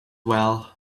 well